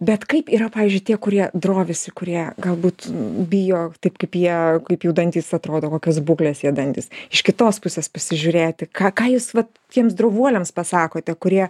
bet kaip yra pavyzdžiui tie kurie drovisi kurie galbūt bijo taip kaip jie kaip jų dantys atrodo kokios būklės jie dantis iš kitos pusės pasižiūrėti ką ką jūs vat tiems drovuoliams pasakote kurie